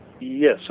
Yes